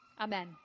Amen